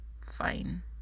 fine